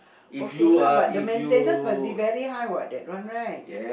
okay lah but the maintenance must be very high what that one right